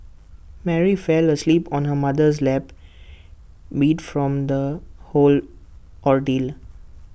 Mary fell asleep on her mother's lap beat from the whole ordeal